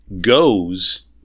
goes